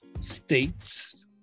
states